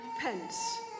pence